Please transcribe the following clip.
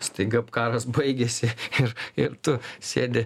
staiga karas baigėsi ir ir tu sėdi